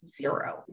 zero